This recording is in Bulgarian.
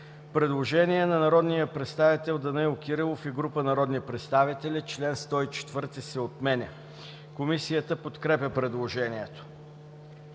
Предложение от народния представител Данаил Кирилов и група народни представители – чл. 104 се отменя. Комисията подкрепя предложението.